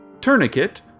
Tourniquet